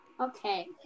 Okay